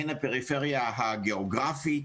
הן הפריפריה הגיאוגרפית,